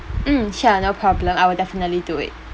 mm sure no problem I will definitely do it